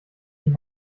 die